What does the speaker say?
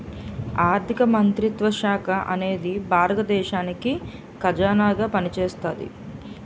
ఆర్ధిక మంత్రిత్వ శాఖ అనేది భారత దేశానికి ఖజానాగా పనిచేస్తాది